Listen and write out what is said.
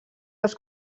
els